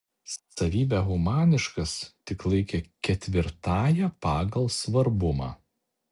savybę humaniškas tik laikė ketvirtąja pagal svarbumą